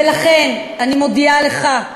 ולכן אני מודיעה לך,